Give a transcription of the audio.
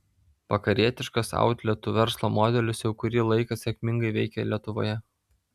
vakarietiškas outletų verslo modelis jau kurį laiką sėkmingai veikia lietuvoje